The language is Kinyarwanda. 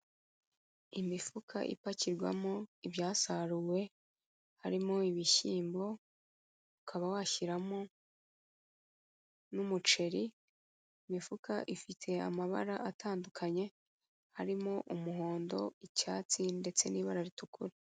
Imifuka ipakirwamo ibyasaruwe harimo ibishyimbo, ukaba washyiramo n'umuceri, imifuka ifite amabara atandukanye harimo umuhondo, icyatsi ndetse n'ibara ritukura.